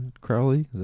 crowley